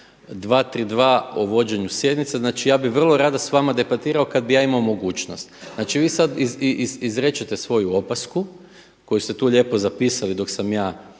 232. o vođenju sjednice, znači ja bi vrlo radio s vama debatirao kad bi ja imao mogućnost. Znači, vi sada izrečete svoju opasku koju ste tu lijepo zapisali dok sam ja